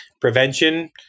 prevention